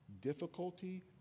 difficulty